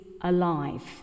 alive